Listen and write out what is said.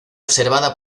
observada